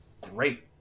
great